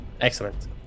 Excellent